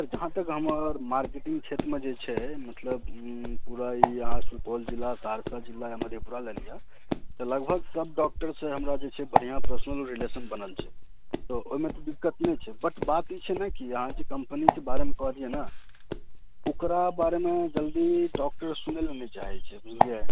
sir जहाँ तक हमर मार्केटिंग क्षेत्रमे जे छै पूरा सुपौल जिला सहरसा जिला मधेपुरा लऽ लिय लगभग सब डॉक्टरसँ हमरा बढिऑं पर्सनल रिलेशन बनल छै ओहिमे तऽ दिक्कत नहि छै बट बात ई नहि छै कि कंपनी के बारेमे कहलियै ने ओकरा बारेमे डॉक्टर जल्दी सुनै लेल नहि चाहै छै